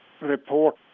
report